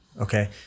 okay